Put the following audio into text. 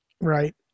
Right